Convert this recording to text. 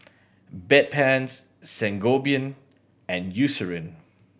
Bedpans Sangobion and Eucerin